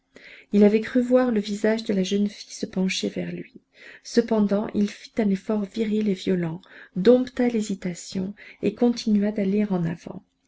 il avait cru voir le visage de la jeune fille se pencher vers lui cependant il fit un effort viril et violent dompta l'hésitation et continua d'aller en avant